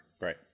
right